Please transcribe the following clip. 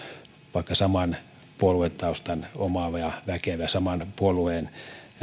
vaikka saman puoluetaustan omaava ja saman puolueen